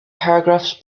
paragraphs